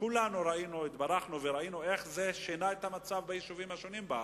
כולנו התברכנו וראינו איך זה שינה את המצב ביישובים שונים בארץ.